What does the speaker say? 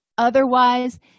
Otherwise